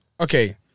Okay